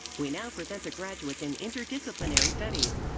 we now present the graduates in interdisciplinary studies.